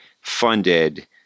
funded